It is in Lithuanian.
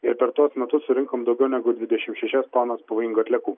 ir per tuos metus surinkom daugiau negu dvidešimt šešias tonas pavojingų atliekų